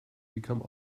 become